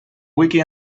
wiki